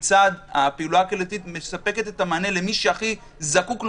כיצד הפעולה הקהילתית מספקת את המענה למי שהכי זקוק לו,